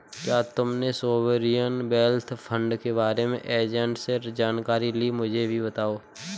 क्या तुमने sovereign wealth fund के बारे में एजेंट से जानकारी ली, मुझे भी बताओ